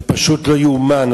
זה פשוט לא יאומן,